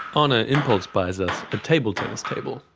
honor impulse-buys us a table tennis table,